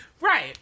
Right